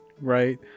right